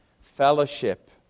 Fellowship